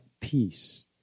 peace